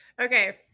Okay